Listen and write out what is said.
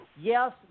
yes